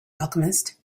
alchemist